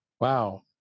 Wow